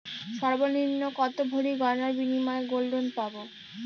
সর্বনিম্ন কত ভরি গয়নার বিনিময়ে গোল্ড লোন পাব?